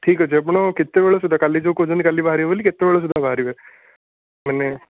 ଠିକ୍ ଅଛି ଆପଣ କେତେବେଳେ ସୁଦ୍ଧା କାଲି ଯେଉଁ କହୁଛନ୍ତି କାଲି ବାହାରିବେ ବୋଲି କେତେବେଳେ ସୁଦ୍ଧା ବାହାରିବେ ମାନେ